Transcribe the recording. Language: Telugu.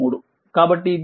కాబట్టి దీన్ని గుణించండి